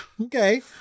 Okay